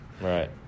Right